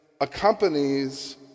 accompanies